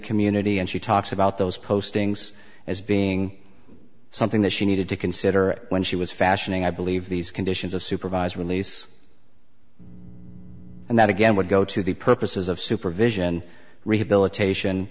community and she talks about those postings as being something that she needed to consider when she was fashioning i believe these conditions of supervised release and that again would go to the purposes of supervision rehabilitation